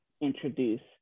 introduced